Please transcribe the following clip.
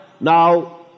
Now